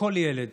לכל ילד